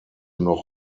noch